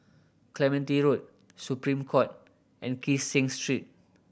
Clementi Road Supreme Court and Kee Seng Street